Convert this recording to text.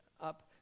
up